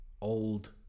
old